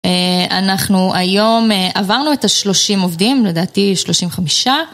אההה אנחנו היום עברנו את השלושים עובדים, לדעתי שלושים וחמישה.